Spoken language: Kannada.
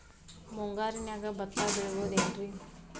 ಮುಂಗಾರಿನ್ಯಾಗ ಭತ್ತ ಬೆಳಿಬೊದೇನ್ರೇ?